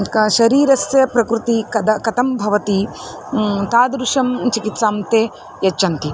क शरीरस्य प्रकृतिः कथं कथं भवति तादृशं चिकित्सां ते यच्छन्ति